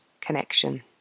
connection